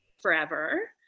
forever